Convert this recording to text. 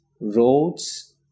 roads